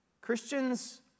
Christians